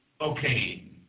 Okay